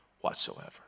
whatsoever